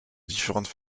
différentes